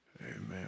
Amen